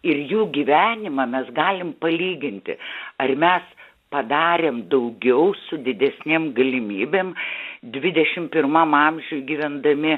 ir jų gyvenimą mes galim palyginti ar mes padarėm daugiau su didesnėm galimybėm dvidešim pirmam amžiui gyvendami